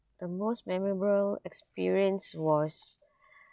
the most memorable experience was